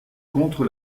contre